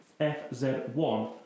FZ1